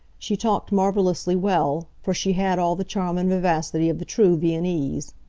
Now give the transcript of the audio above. she talked marvelously well, for she had all the charm and vivacity of the true viennese.